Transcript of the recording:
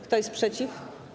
Kto jest przeciw?